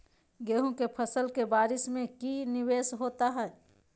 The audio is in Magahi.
गेंहू के फ़सल के बारिस में की निवेस होता है?